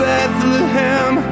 Bethlehem